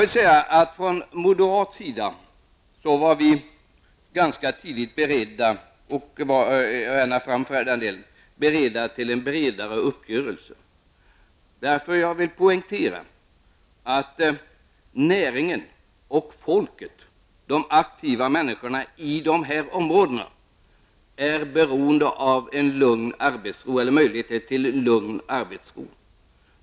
Vi var från moderat sida ganska tidigt beredda till en bredare uppgörelse. Jag vill poängtera att näringen och folket, de aktiva människorna i dessa områden, måste få möjlighet till arbetsro.